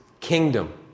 kingdom